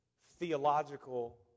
theological